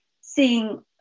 seeing